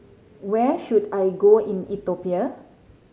where should I go in Ethiopia